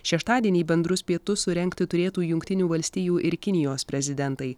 šeštadienį bendrus pietus surengti turėtų jungtinių valstijų ir kinijos prezidentai